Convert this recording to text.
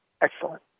excellent